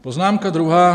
Poznámka druhá.